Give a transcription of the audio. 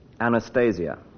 Anastasia